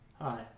Hi